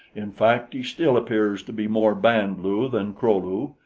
in fact, he still appears to be more band-lu than kro-lu.